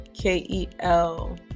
K-E-L